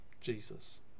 Jesus